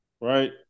right